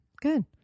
Good